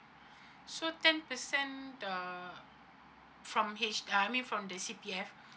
so ten percent uh from H~ I mean from the C_P_F